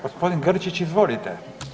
Gospodin Grčić, izvolite.